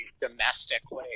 domestically